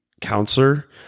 counselor